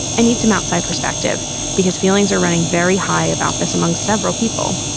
i need some outside perspective because feelings are running very high about this among several people.